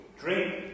Drink